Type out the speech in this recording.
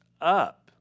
up